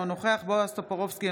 אינו נוכח בועז טופורובסקי,